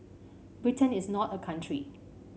Britain is not a country